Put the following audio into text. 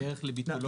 לדרך ביטולו.